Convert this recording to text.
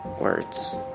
words